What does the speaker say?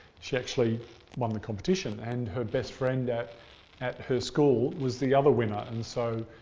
she actually won the competition and her best friend at at her school was the other winner. and so,